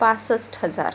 पासष्ट हजार